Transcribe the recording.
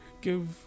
Give